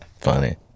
Funny